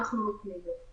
אנחנו נותנים לו.